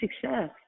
success